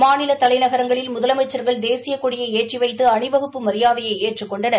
மாநில தலைநகரங்களில் முதலமைச்சள்கள் தேசிய கொடியை ஏற்றி வைத்து அணிவகுப்பு மரியாதையை ஏற்றுக்கொண்டனர்